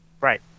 Right